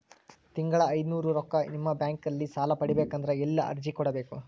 ತಿಂಗಳ ಐನೂರು ರೊಕ್ಕ ನಿಮ್ಮ ಬ್ಯಾಂಕ್ ಅಲ್ಲಿ ಸಾಲ ಪಡಿಬೇಕಂದರ ಎಲ್ಲ ಅರ್ಜಿ ಕೊಡಬೇಕು?